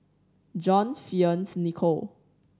John Fearns Nicoll